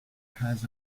has